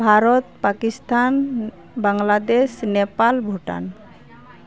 Bharat Pakistan Bangladesh Nepal Bhutan